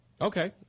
Okay